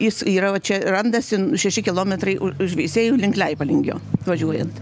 jis yra va čia randasi šeši kilometrai už veisiejų link leipalingio važiuojant